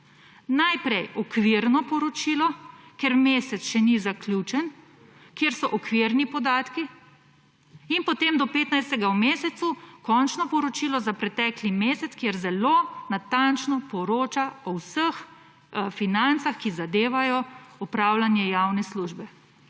Najprej okvirno poročilo, ker mesec še ni zaključen, kjer so okvirni podatki in potem do 15. v mesecu končno poročilo za pretekli mesec kjer zelo natančno poroča o vseh financah, ki zadevajo upravljanje javne službe.